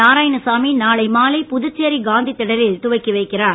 நாராயணசாமி நாளை மாலை புதுச்சேரி காந்திதிடலில் துவக்கி வைக்கிறார்